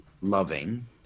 loving